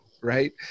Right